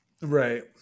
Right